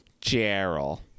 Gerald